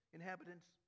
inhabitants